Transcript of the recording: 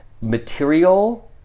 material